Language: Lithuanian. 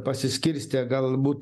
pasiskirstę galbūt